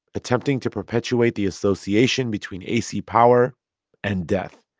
attempting to perpetuate the association between ac power and death.